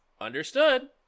Understood